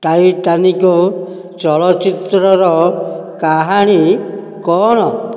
Titanic ଚଳଚ୍ଚିତ୍ରର କାହାଣୀ କ'ଣ